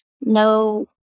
no